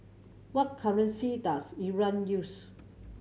what currency does Iran use